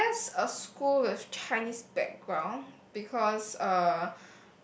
I would guess a school with Chinese background because uh